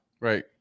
right